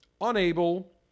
unable